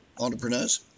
entrepreneurs